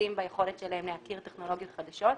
זריזים ביכולת שלהם להכיר טכנולוגיות חדשות,